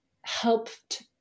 helped